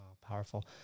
powerful